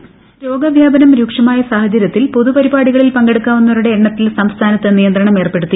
voice രോഗ വ്യാപനം രൂക്ഷമായ സാഹചര്യത്തിൽ പൊതുപരിപാടികളിൽ പങ്കെടുക്കാവുന്നവരുടെ എണ്ണത്തിൽ സംസ്ഥാനത്ത് നിയന്ത്രണം ഏർപ്പെടുത്തി